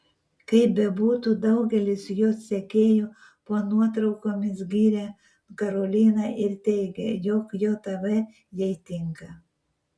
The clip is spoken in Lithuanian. kaip bebūtų daugelis jos sekėjų po nuotraukomis giria karoliną ir teigia jog jav jai tinka